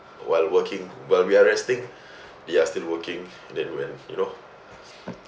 while working while we are resting they are still working then when you know